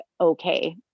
okay